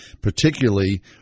particularly